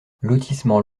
lotissement